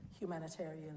humanitarian